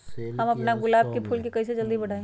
हम अपना गुलाब के फूल के कईसे बढ़ाई?